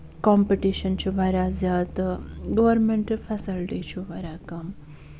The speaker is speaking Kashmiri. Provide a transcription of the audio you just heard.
کَمپِٹِشن چھُ واریاہ زیادٕ گورمینٹ فیسَلٹی چھُ واریاہ کَم